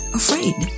afraid